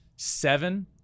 Seven